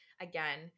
again